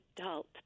adult